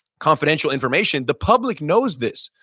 confidential information, the public knows this.